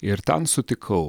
ir ten sutikau